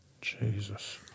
Jesus